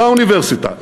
לאוניברסיטה,